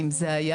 אם זה היה,